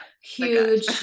Huge